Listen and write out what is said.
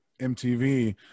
MTV